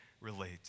relate